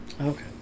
Okay